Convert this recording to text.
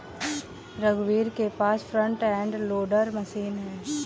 रघुवीर के पास फ्रंट एंड लोडर मशीन है